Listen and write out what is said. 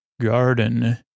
garden